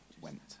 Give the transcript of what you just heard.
went